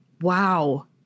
Wow